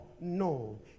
No